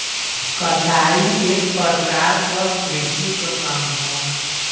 कटाई एक परकार क कृषि क काम होला